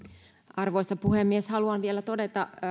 arvoisa puhemies haluan vielä todeta